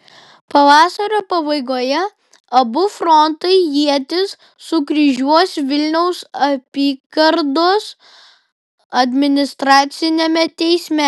pavasario pabaigoje abu frontai ietis sukryžiuos vilniaus apygardos administraciniame teisme